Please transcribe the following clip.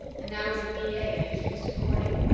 and now he's a b a. and accused of courting.